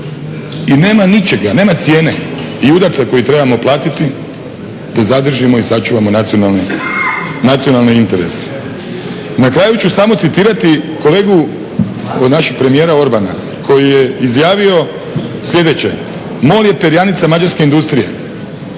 I nema ničega, nema cijene i udarca koji trebamo platiti da zadržimo i sačuvamo nacionalni interes. Na kraju ću samo citirati kolegu našeg premijera Orbana, koji je izjavio slijedeće: "MOL je perjanica mađarske industrije.",